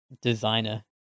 designer